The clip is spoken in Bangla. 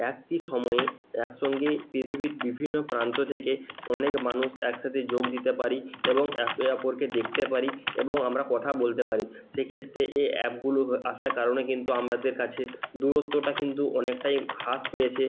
একই সময়ে একসঙ্গেই পৃথিবীর বিভিন্ন প্রান্ত থেকে অনেক মানুষ একসাথে যোগ দিতে পারি এবং একে অপরকে দেখতে পারি এবং আমরা কথা বলতে পারি সেক্ষেত্রে এই অ্যাপগুলো আসার কারণে কিন্তু আমাদের কাছে দূরত্বটা কিন্তু অনেকটাই হ্রাস পেয়েছে